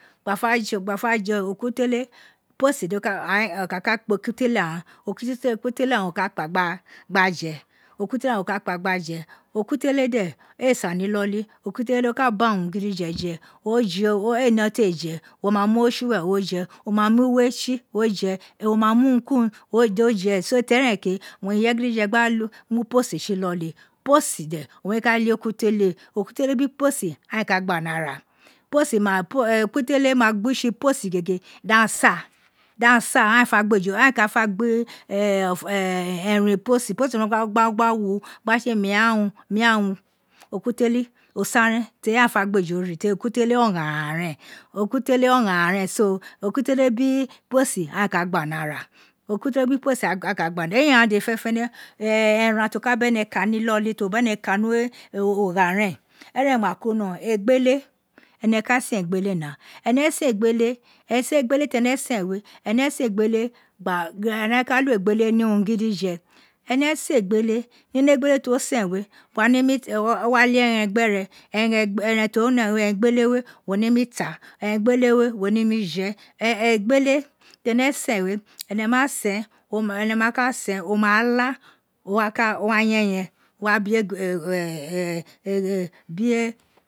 Aba fa je ekutele posi do ka o ka ka kpa gba je ekutele ghan won ka kpa gba je ekutele de ee san ni iloli, ekutele do ka ba urun gidife je o je ee ne urun je wo ma mu rwe tsi were je wo ma mu rwe tsi o je wo ma mu uru bi uru do je so teri eren ke owun irefe gidife gba mu iposi tsi iloli, iposi de owun re ka le ekutele ekutele biri iposi aghan éè ka gba ni ara. iposi ekutele ma gbo ofo iposi, iposi ma wino gba wino gba opu gba tse ekutele o sa re̱n ten aghan ee fe gbeje ri ten ekutele ogharan ren ekutele ado ee ka gba ni ara ekutele bin posi aghan ee ka gba ni ara igha dede fenefene eran to ka beru kani iloli to bene ka ni we ogha ren eren ma kiri ron egbele ene ka sen egbele now, ene sen egbele esen egbele tene sen ne ene egbele ni urun gidife ene sen egbele nini egbele ti wo sen we wa o wa fen eghen gbe re eghen to wino we eghen egbele we wo nemi ta eghon egbele oe wo nemi je egbele we tene sen we ene ma sen ene ma ka sen o ma la, o wa yen eghen, owa bie